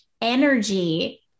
energy